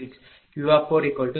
006 Q 0